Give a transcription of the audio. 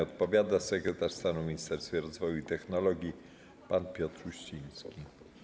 Odpowiada sekretarz stanu w Ministerstwie Rozwoju i Technologii pan Piotr Uściński.